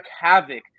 havoc